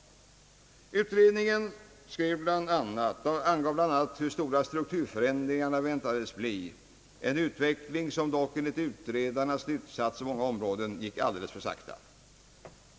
Utredningen angav bl.a. hur stora strukturförändringarna väntades bli, en utveckling som dock enligt utredarnas slutsatser på många områden gick alldeles för sakta.